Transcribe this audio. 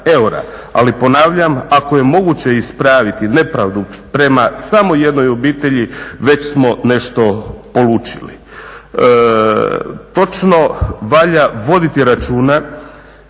Ali ponavljam ako je moguće ispraviti nepravdu prema samo jednoj obitelji već smo nešto polučili.